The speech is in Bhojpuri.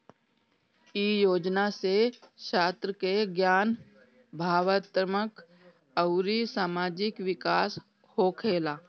इ योजना से छात्र के ज्ञान, भावात्मक अउरी सामाजिक विकास होखेला